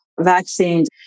vaccines